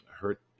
hurt